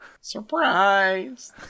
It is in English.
surprise